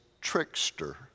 trickster